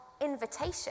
invitation